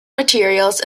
materials